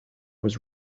was